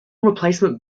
replacement